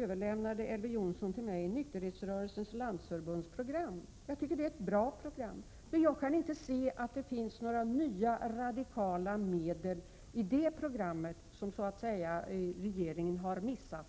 överlämnade Elver Jonsson till mig Nykterhetsrörelsens landsförbunds program. Jag tycker att det är ett bra program, men jag kan inte se att det finns några nya, radikala medel i det programmet som regeringen har missat.